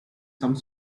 some